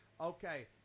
okay